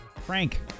Frank